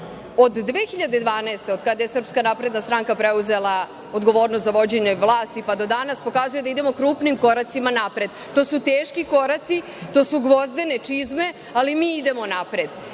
od 2012. godine, od kada je SNS preuzela odgovornost za vođenje vlasti pa do danas, pokazuje da idemo krupnim koracima napred. To su teški koraci, to su gvozdene čizme, ali idemo napred. Jako